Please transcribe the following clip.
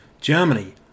Germany